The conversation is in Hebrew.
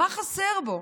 מה חסר בו?